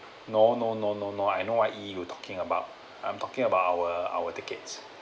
no no no no no I know what e you talking about I'm talking about our our tickets